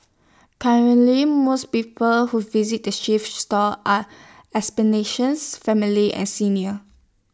currently most people who visit the thrift stores are explanations families and seniors